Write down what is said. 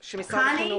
חני,